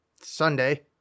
Sunday